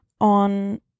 on